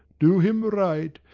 do him right,